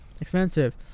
Expensive